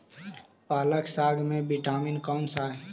पालक साग में विटामिन कौन सा है?